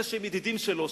אלה שהם ידידים שלו,